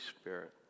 Spirit